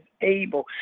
able